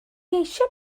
eisiau